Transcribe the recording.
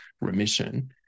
remission